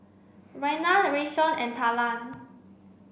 Renae Rayshawn and Talan